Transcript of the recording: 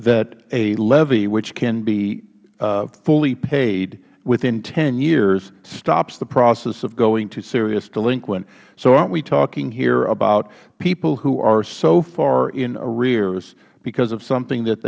that a levy which can be fully paid within ten years stops the process of going to seriously delinquent debt so arent we talking here about people who are so far in arrears because of something that